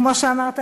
כמו שאמרת,